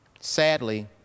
Sadly